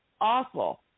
awful